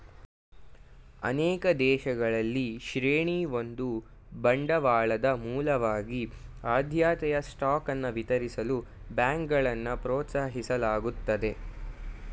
ಅನೇಕ ದೇಶಗಳಲ್ಲಿ ಶ್ರೇಣಿ ಒಂದು ಬಂಡವಾಳದ ಮೂಲವಾಗಿ ಆದ್ಯತೆಯ ಸ್ಟಾಕ್ ಅನ್ನ ವಿತರಿಸಲು ಬ್ಯಾಂಕ್ಗಳನ್ನ ಪ್ರೋತ್ಸಾಹಿಸಲಾಗುತ್ತದೆ